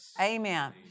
Amen